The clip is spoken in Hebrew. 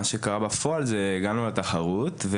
מה שקרה בפועל זה שהגענו לתחרות,